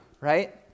right